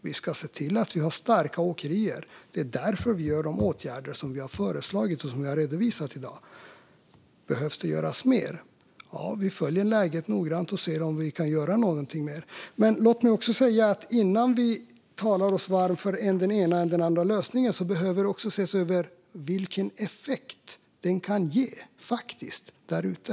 Vi ska se till att ha starka åkerier. Det är därför vi gör de åtgärder som vi har föreslagit och som jag har redovisat i dag. Behöver det göras mer? Ja, vi följer läget noggrant och ser om vi kan göra någonting mer, men låt mig också säga att innan vi talar oss varma för än den ena, än den andra lösningen behöver det också ses över vilken faktisk effekt som lösningen kan ge där ute.